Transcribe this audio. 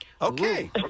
okay